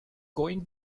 going